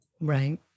right